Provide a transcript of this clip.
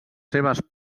seves